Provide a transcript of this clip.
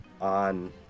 on